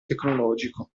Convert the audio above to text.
tecnologico